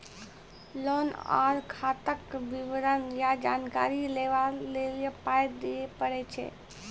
Loan आर खाताक विवरण या जानकारी लेबाक लेल पाय दिये पड़ै छै?